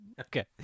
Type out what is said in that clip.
Okay